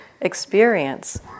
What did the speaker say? experience